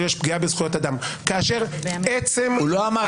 יש פגיעה בזכויות אדם כאשר עצם -- הוא לא אמר,